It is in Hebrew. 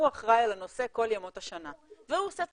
הוא אחראי על הנושא כל ימות השנה והוא עושה את